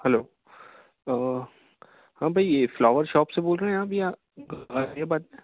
hello ہاں بھئی یہ فلاور شاپ سے بول رہے ہیں آپ یہاں غازی آباد سے